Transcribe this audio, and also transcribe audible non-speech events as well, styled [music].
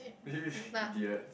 [laughs] idiot